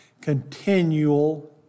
continual